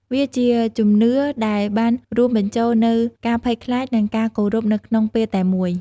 វាជាជំនឿដែលបានរួមបញ្ចូលនូវការភ័យខ្លាចនិងការគោរពនៅក្នុងពេលតែមួយ។